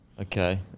Okay